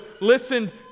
listened